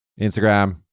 Instagram